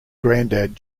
grandad